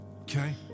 okay